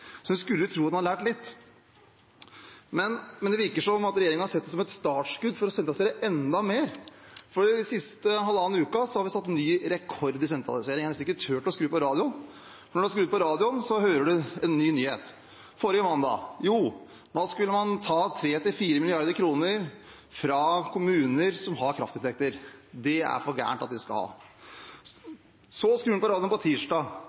så en skulle tro hun hadde lært litt, men det virker som om regjeringen har sett det som et startskudd for å sentralisere enda mer, for den siste halvannen uken har vi satt ny rekord i sentralisering. Jeg har nesten ikke turt å skru på radioen, for når man har skrudd på radioen, hører man en ny slik nyhet. Forrige mandag skulle man ta tre–fire milliarder kroner fra kommuner som har kraftinntekter – det er det for gærent at de skal ha. Så skrur jeg på radioen på tirsdag.